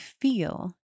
feel